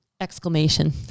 Exclamation